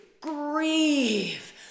Grieve